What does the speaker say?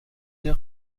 der